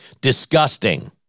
Disgusting